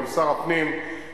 ביקרתי גם עם שר הפנים בבית-שמש,